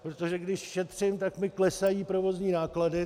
Protože když šetřím, tak mi klesají provozní náklady.